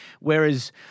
Whereas